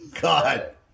God